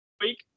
week